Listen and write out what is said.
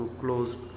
closed